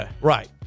Right